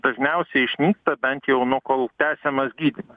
dažniausiai išnyksta bent jau nu kol tęsiamas gydymas